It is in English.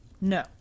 No